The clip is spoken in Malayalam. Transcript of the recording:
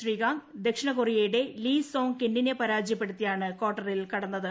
ശ്രീകാന്ത് ദക്ഷിണ കൊറിയയുടെ ലീ സോങ് കെന്നിനെ പരാജയപ്പെടുത്തിയാണ് കാർട്ടറിൽ കടന്നത്